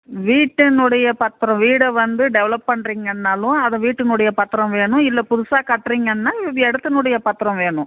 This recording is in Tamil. வீட்டினுடைய பத்திரம் வீடை வந்து டெவெலப் பண்ணுறிங்கன்னாலும் அதை வீட்டினுடைய பத்திரம் வேணும் இல்லை புதுசாக கட்டுறிங்கன்னா இவ் இடத்தினுடைய பத்திரம் வேணும்